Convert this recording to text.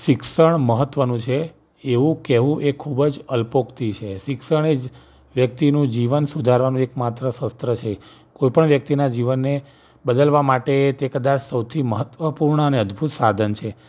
શિક્ષણ મહત્ત્વનું છે એવું કહેવું એ ખૂબ જ અલ્પોક્તિ છે શિક્ષણ એ જ વ્યક્તિનું જીવન સુધારવાનું એક માત્ર શસ્ત્ર છે કોઈ પણ વ્યક્તિનાં જીવનને બદલવાં માટે તે કદાચ સૌથી મહત્ત્વપૂર્ણ અને અદ્ભૂત સાધન છે